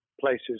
places